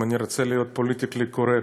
אם אני רוצה להיות פוליטיקלי קורקט,